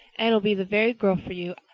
anne will be the very girl for you.